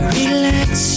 Relax